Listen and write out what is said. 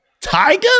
tiger